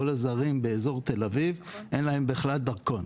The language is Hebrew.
כל הזרים באזור תל אביב אין להם בכלל דרכון.